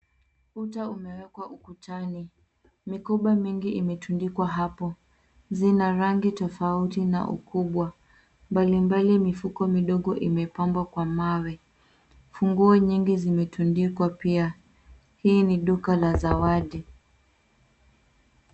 Uta umewekwa ukutani. Mikoba mingi imetundikwa hapo. Zina rangi tofauti na ukubwa mbalimbali, mifuko midogo imepambwa kwa mawe. Funguo nyingi zimetundikwa pia. Hii ni duka la zawadi.